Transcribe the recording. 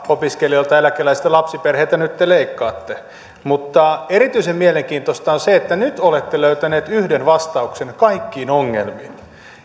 opiskelijoilta eläkeläisiltä ja lapsiperheiltä nyt te leikkaatte mutta erityisen mielenkiintoista on se että nyt olette löytäneet yhden vastauksen kaikkiin ongelmiin